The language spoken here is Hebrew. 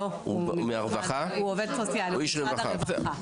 לא, הוא עובד סוציאלי של משרד הרווחה.